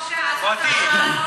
ממש קשה לעשות השוואה.